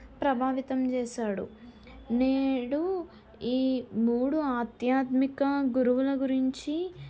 ప్రభావితం చేశాడు నేడు ఈ మూడు ఆధ్యాత్మిక గురువుల గురించి